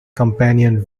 companion